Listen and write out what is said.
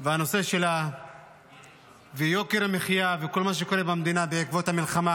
לסדר-היום בנושא של יוקר המחיה וכל מה שקורה במדינה בעקבות המלחמה,